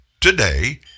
today